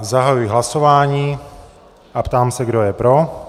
Zahajuji hlasování a ptám se, kdo je pro.